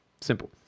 Simple